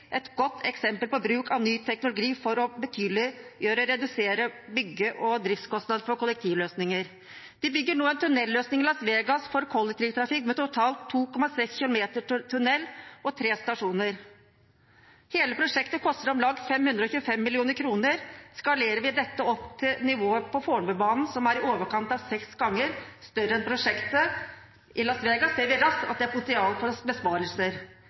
et godt eksempel på bruk av ny teknologi for å redusere bygge- og driftskostnader for kollektivløsninger betydelig. De bygger nå en tunnelløsning for kollektivtrafikk i Las Vegas med totalt 2,6 km tunnel og tre stasjoner. Hele prosjektet koster om lag 525 mill. kr. Skalerer vi dette opp til nivået for Fornebubanen, som er i overkant av seks ganger større enn prosjektet i Las Vegas, ser vi raskt at det er potensial for besparelser.